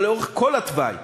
אבל לאורך כל התוואי.